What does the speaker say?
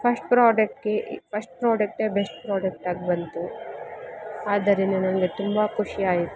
first ಪ್ರಾಡಕೆ first ಪ್ರಾಡಕ್ಟೇ best ಪ್ರಾಡಕ್ಟಾಗಿ ಬಂತು ಆದರಿಂದ ನನಗೆ ತುಂಬಾ ಖುಷಿ ಆಯಿತು